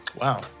Wow